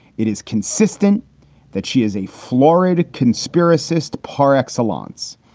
it is consistent that she is a florida conspiracist par excellence.